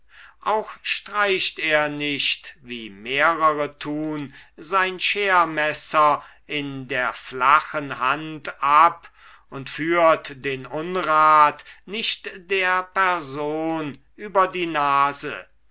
auch streicht er nicht wie mehrere tun sein schermesser in der flachen hand ab und führt den unrat nicht der person über die nase